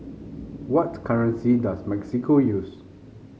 what currency does Mexico use